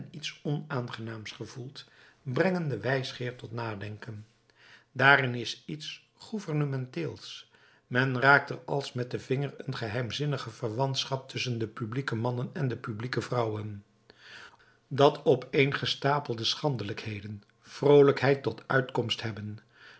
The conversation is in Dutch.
iets onaangenaams gevoelt brengen den wijsgeer tot nadenken daarin is iets gouvernementeels men raakt er als met den vinger een geheimzinnige verwantschap tusschen de publieke mannen en de publieke vrouwen dat opeengestapelde schandelijkheden vroolijkheid tot uitkomst hebben